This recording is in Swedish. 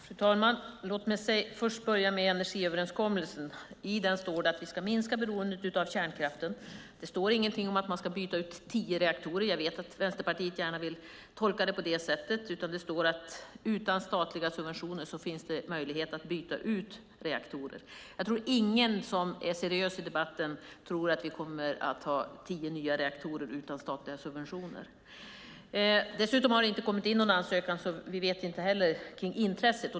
Fru talman! Låt mig börja med energiöverenskommelsen. I den står det att vi ska minska beroendet av kärnkraften. Det står ingenting om att vi ska byta ut tio reaktorer. Jag vet att Vänsterpartiet gärna vill tolka det på det sättet. Det står att det finns möjlighet att byta ut reaktorer utan statliga subventioner. Jag tror inte att någon som är seriös i debatten tror att vi kommer att ha tio nya reaktorer utan statliga subventioner. Dessutom har det inte kommit in någon ansökan, så vi vet inte heller hur intresset är.